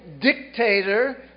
dictator